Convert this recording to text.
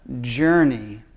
journey